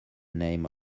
name